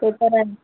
ते पण आहे